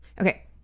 Okay